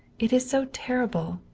it is so terrible!